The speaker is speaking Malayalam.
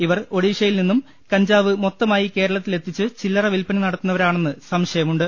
ഇവർ ഒഡീഷ്യയിൽ നിന്നും കഞ്ചാവ് മൊത്തമായി കേരളത്തിൽ എത്തിച്ച് ചില്ലറ വിൽപ്പന നടത്തുന്നവരാണന്ന് സംശയമുണ്ട്